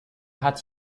hat